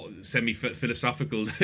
semi-philosophical